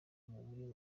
muri